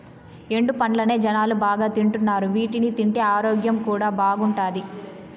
ఎండు పండ్లనే జనాలు బాగా తింటున్నారు వీటిని తింటే ఆరోగ్యం కూడా బాగుంటాది